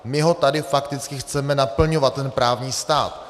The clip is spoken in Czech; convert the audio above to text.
My ho tady fakticky chceme naplňovat, ten právní stát.